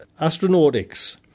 Astronautics